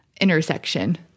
intersection